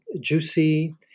juicy